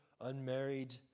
unmarried